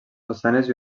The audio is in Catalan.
façanes